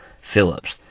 Phillips